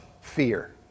fear